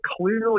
clearly